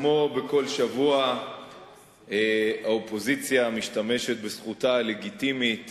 כמו בכל שבוע האופוזיציה משתמשת בזכותה הלגיטימית